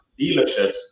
dealerships